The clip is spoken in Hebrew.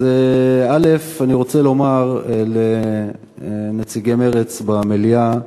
אז אני רוצה לומר לנציגי מרצ במליאה,